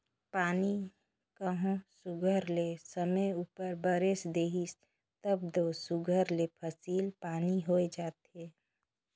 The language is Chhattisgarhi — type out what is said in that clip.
पानी कहों सुग्घर ले समे उपर बरेस देहिस तब दो सुघर ले फसिल पानी होए जाथे